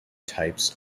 types